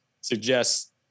suggests